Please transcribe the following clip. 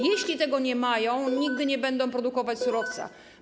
Jeśli tego nie mają, nigdy nie będą produkować surowca.